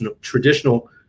traditional